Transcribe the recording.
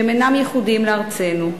והם אינם ייחודיים לארצנו.